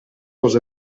dels